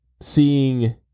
seeing